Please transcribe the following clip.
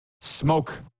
smoke